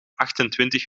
achtentwintig